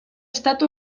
estat